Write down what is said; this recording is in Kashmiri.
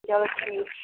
چلو ٹھیٖک چھُ